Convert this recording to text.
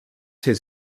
his